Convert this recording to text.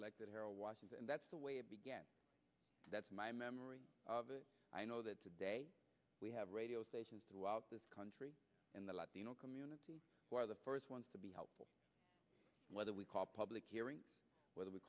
old washington and that's the way it began that's my memory of it i know that today we have radio stations throughout the country in the latino community who are the first ones to be helpful whether we call public hearing whether we